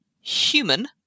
Human